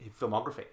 filmography